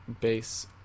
base